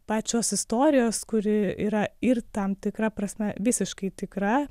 pačios istorijos kuri yra ir tam tikra prasme visiškai tikra